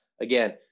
Again